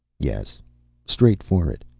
yes straight for it.